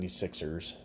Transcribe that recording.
76ers